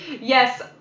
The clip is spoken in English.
Yes